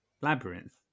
Labyrinth